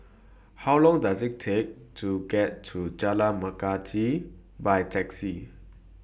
How Long Does IT Take to get to Jalan Melati By Taxi